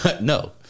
No